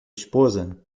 esposa